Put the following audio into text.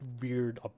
weird